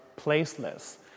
placeless